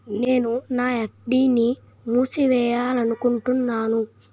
నేను నా ఎఫ్.డి ని మూసివేయాలనుకుంటున్నాను